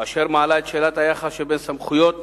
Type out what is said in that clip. אשר מעלה את שאלת היחס שבין סמכויות